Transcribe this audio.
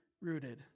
rooted